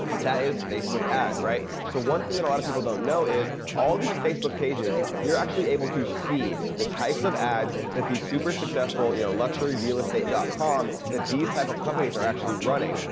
that is facebook ads, right? so, one thing that a lot of people don't know is all these facebook pages, you're actually able to see the types of ads that these super successful you know, luxuryrealestate dot com that these type of companies are actually running.